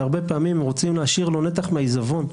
והרבה פעמים רוצים להשאיר לו נתח מהעיזבון.